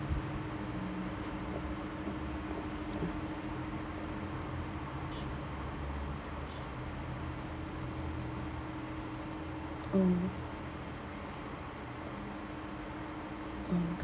mmhmm mm